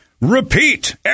repeat